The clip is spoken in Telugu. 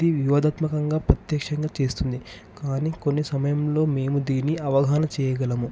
ఇది వివాదాత్మకంగా ప్రత్యక్షంగా చేస్తుంది కానీ కొన్ని సమయంలో మేము దీని అవగాహన చేయగలము